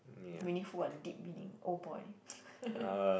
meaningful what deep meaning Old Boy